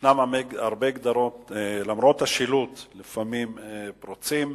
שישנן הרבה גדרות ולמרות השילוט לפעמים הן פרוצות,